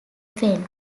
fen